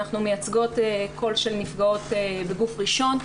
אנחנו מייצגות קול של נפגעות בגוף ראשון.